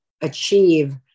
achieve